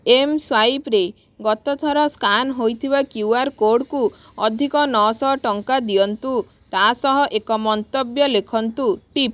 ଏମ୍ସ୍ୱାଇପ୍ରେ ଗତ ଥର ସ୍କାନ ହୋଇଥିବା କ୍ୟୁ ଆର କୋଡ଼କୁ ଅଧିକ ନଅଶହ ଟଙ୍କା ଦିଅନ୍ତୁ ତା ସହ ଏକ ମନ୍ତବ୍ୟ ଲେଖନ୍ତୁ ଟିପ୍